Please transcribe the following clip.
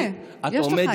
הינה, יש לך את זה.